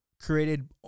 created